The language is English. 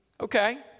okay